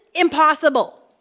impossible